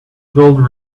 gold